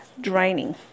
draining